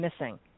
missing